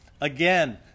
Again